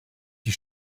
die